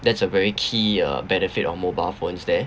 that's a very key uh benefit on mobile phones there